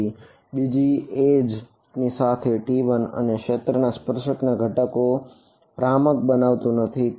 તેથી બીજી બે એજ ની સાથે T1 એ ક્ષેત્ર ના સ્પર્શક ના ઘટકો ને ભ્રામક બનવંતુ નથી